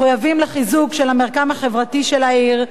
מחויבים לחיזוק של המרקם החברתי של העיר,